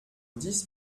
dix